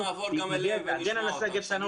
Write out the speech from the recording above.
אני חושב